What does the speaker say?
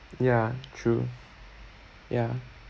ya true ya